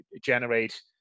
generate